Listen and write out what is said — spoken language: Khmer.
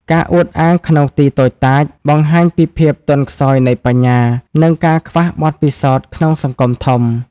ការអួតអាងក្នុងទីតូចតាច បង្ហាញពីភាពទន់ខ្សោយនៃបញ្ញា និងការខ្វះបទពិសោធន៍ក្នុងសង្គមធំ។